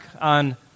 on